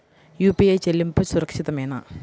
UPI చెల్లింపు సురక్షితమేనా?